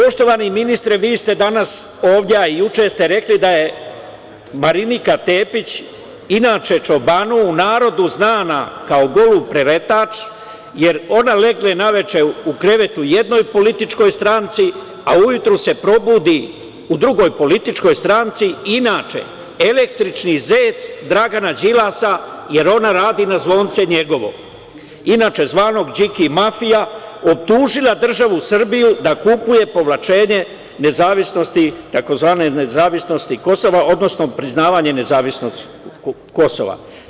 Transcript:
Poštovani ministre, vi ste danas ovde, a i juče ste rekli, da je Marinika Tepić, inače Čobanu, u narodu znana kao golub preletač, jer ona legne naveče u krevet u jednoj političkoj stranci, a ujutru se probudi u drugoj političkoj stranci, inače, električni zec Dragana Đilasa, jer ona radi na zvonce njegovo, inače zvanog "Điki mafija", optužila državu Srbiju da kupuje povlačenje tzv. nezavisnosti Kosova, odnosno priznavanje nezavisnosti Kosova.